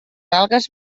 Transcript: algues